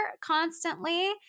constantly